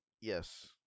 Yes